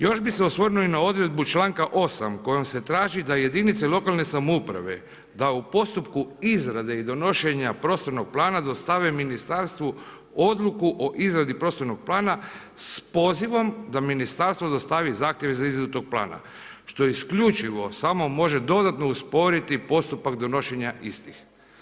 Još bi se osvrnuo i na odredbu članka 8. kojom se traži da jedinice lokalne samouprave da u postupku izrade i donošenja prostornog plana dostave ministarstvu odluku o izradi prostornog plana s pozivom da ministarstvo dostavi zahtjev za izradu tog plana, što isključivo samo može dodatno usporiti postupak donošenja istih.